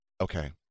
Okay